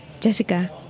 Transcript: Jessica